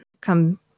come